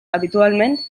habitualment